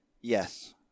Yes